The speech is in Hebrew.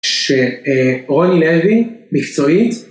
ש.. אה.. רוני לוין, מקצועית